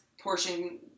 portion